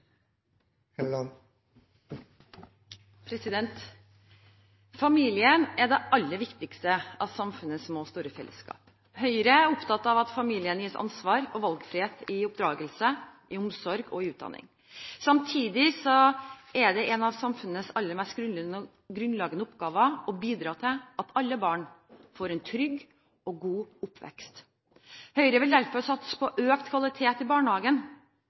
avsluttet. Familien er det aller viktigste av samfunnets små og store fellesskap. Høyre er opptatt av at familien gis ansvar for valgfrihet i oppdragelse, i omsorg og i utdanning. Samtidig er det en av samfunnets aller mest grunnleggende oppgaver å bidra til at alle barn får en trygg og god oppvekst. Høyre vil derfor satse på økt kvalitet i barnehagen